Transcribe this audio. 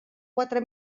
quatre